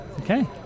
Okay